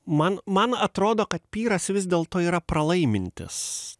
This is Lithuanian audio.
man man atrodo kad pyras vis dėlto yra pralaimintis